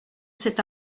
cet